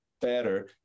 better